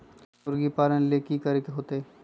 मुर्गी पालन ले कि करे के होतै?